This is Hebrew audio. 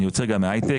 אני יוצא רגע מההייטק,